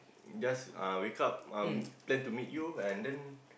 just uh wake up um plan to meet you and then